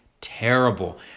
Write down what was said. terrible